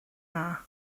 dda